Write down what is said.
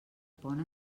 pont